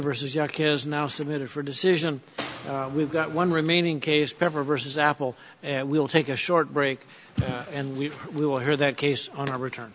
versus your kids now submitted for decision we've got one remaining case cover versus apple and we'll take a short break and we will hear that case on a return